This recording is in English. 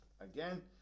Again